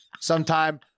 sometime